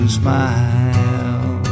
smile